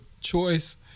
choice